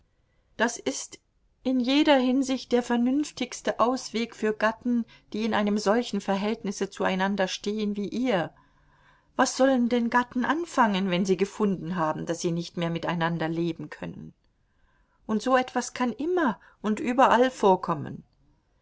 das ist in jeder hinsicht der vernünftigste ausweg für gatten die in einem solchen verhältnisse zueinander stehen wie ihr was sollen denn gatten anfangen wenn sie gefunden haben daß sie nicht mehr miteinander leben können und so etwas kann immer und überall vorkommen